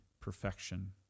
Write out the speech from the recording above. perfection